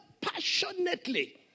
passionately